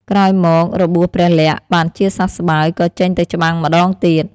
ក្រោយមមក របួសព្រះលក្សណ៍បានជាសះស្បើយ ក៏ចេញទៅច្បាំងម្តងទៀត។